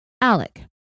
Alec